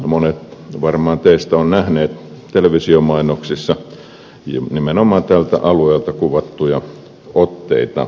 monet varmaan teistä ovat nähneet televisiomainoksissa nimenomaan tältä alueelta kuvattuja otteita